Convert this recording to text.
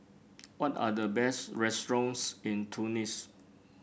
what are the best restaurants in Tunis